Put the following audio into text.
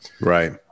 right